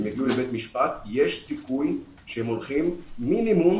הם יגיעו משפט ויש סיכוי שהם הולכים למינימום